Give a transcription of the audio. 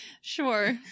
Sure